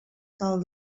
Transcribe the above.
tal